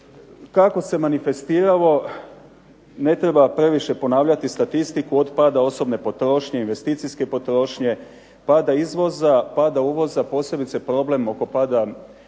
Kako se manifestiralo ne treba previše ponavljati statistiku od pada osobne potrošnje, investicijske potrošnje, pada izvoza, pada uvoza, posebice problem oko pada